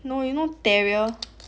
no you know terrier